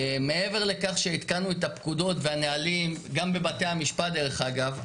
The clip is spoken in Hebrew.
מעבר לכך שעדכנו את הפקודות והנהלים גם בבתי המשפט דרך אגב,